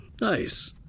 Nice